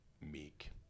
meek